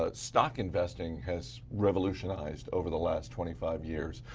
ah stock investing has revolutionized over the last twenty five years.